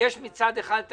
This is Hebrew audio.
יש מצד אחד את